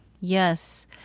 yes